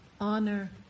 Honor